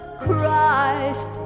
Christ